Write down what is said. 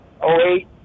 08